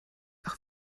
auch